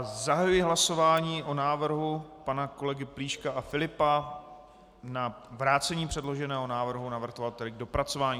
Zahajuji hlasování o návrhu pana kolegy Plíška a Filipa na vrácení předloženého návrhu navrhovateli k dopracování.